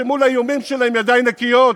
שמול האיומים שלהם ידי נקיות,